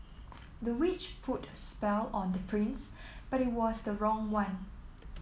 the witch put a spell on the prince but it was the wrong one